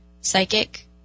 psychic